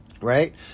right